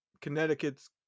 Connecticut's